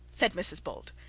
said mrs bold,